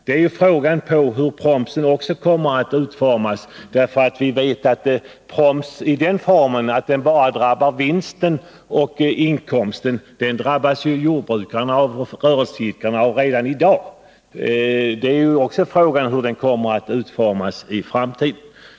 Det är ju också fråga om hur promsen kommer att utformas, för vi vet att proms i den formen att den bara träffar vinsten och inkomsten drabbas jordbrukarna och rörelseidkarna av redan i dag. Frågan är alltså hur den kommer att utformas i framtiden.